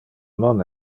non